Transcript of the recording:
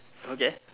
okay